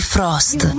Frost